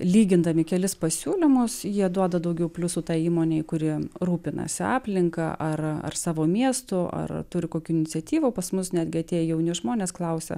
lygindami kelis pasiūlymus jie duoda daugiau pliusų tai įmonei kurie rūpinasi aplinka ar savo miestų ar turi kokių iniciatyvų pas mus netgi tie jauni žmonės klausia